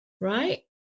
right